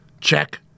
Check